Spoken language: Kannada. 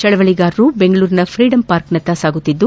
ಚಳವಳಿಗಾರರು ಬೆಂಗಳೂರಿನ ಫ್ರೀಡಂ ಪಾರ್ಕ್ನತ್ತ ಸಾಗುತ್ತಿದ್ದು